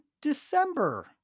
December